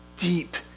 deep